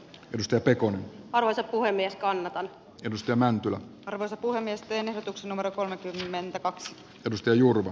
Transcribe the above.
pistepirkon valoisa puhemies kannetaan edistämään tule arvoisa puhemies teen ehdotuksen numero kolme viisikymmentäkaksi mustajuurta